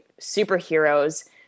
superheroes